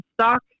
stock